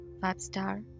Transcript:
five-star